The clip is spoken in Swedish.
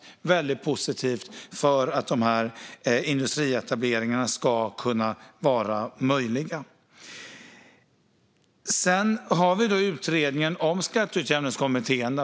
Det är något som är väldigt positivt för att de här industrietableringarna ska kunna vara möjliga. Sedan har vi utredningen om skatteutjämningskommittén.